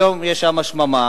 היום יש שם שממה,